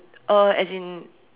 uh as in